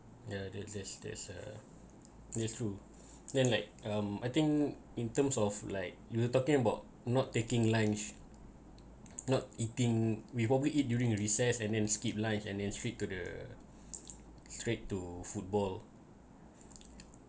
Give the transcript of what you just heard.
ya that's that's that's uh that's true then like um I think in terms of like you were talking about not taking lunch not eating we probably eat during recess and then skip lines and then straight to the straight to football